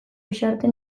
uxarte